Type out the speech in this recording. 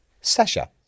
Sasha